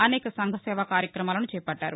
అనేక సంఘసేవా కార్యక్రమాలను చేపట్టారు